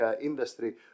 industry